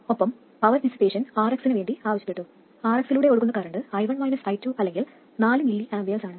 ഒപ്പം power dissipation Rx നു വേണ്ടി ആവശ്യപ്പെട്ടു Rx ലൂടെ ഒഴുകുന്ന കറൻറ് i1 -i2 അല്ലെങ്കിൽ 4 mA ആണ്